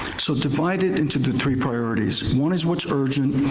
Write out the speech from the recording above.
so divide it into the three priorities. one is what's urgent,